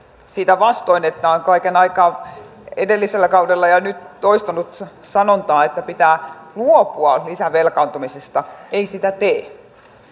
sitä vastoin että on kaiken aikaa edellisellä kaudella ja nyt toistanut sanontaa että pitää luopua lisävelkaantumisesta ei sitä tee